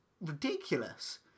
ridiculous